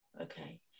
Okay